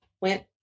went